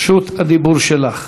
רשות הדיבור שלך.